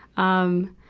um,